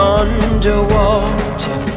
underwater